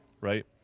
right